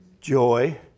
joy